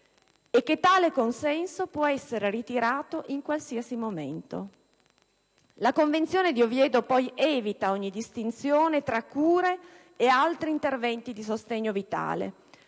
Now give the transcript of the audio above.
e che tale consenso può essere ritirato in qualsiasi momento. La Convenzione di Oviedo poi evita ogni distinzione tra cura e altri interventi di sostegno vitale,